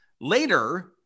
Later